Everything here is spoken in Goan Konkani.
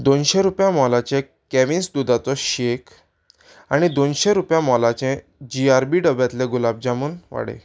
दोनशें रुपया मोलाचें कॅविन्स दुदाचो शेक आनी दोनशें रुपया मोलाचें जी आर बी डब्यांतले गुलाब जामून वाडय